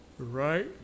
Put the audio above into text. Right